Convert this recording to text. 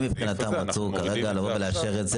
הם מבחינתם רצו כרגע לבוא ולאשר את זה,